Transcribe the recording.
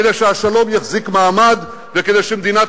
כדי שהשלום יחזיק מעמד וכדי שמדינת